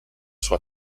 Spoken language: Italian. sua